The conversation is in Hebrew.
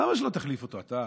למה שלא תחליף אתה?